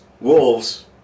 wolves